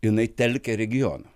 jinai telkia regioną